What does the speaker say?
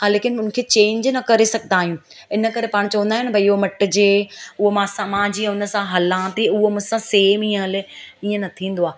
हा लेकिन उनखे चेंज न करे सघंदा आहियूं हिन करे पाण चवंदा आहिनि भई इहो मटिजे उहो मां समा जीअं हुन सां हलां थी उहो मूंसां सेम ई हले हीअं न थींदो आहे